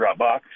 Dropbox